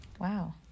wow